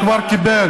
הוא כבר קיבל.